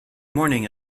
morning